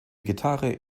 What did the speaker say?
gitarre